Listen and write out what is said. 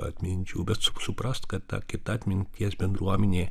atminčių bet suprast kad ta kita atminties bendruomenė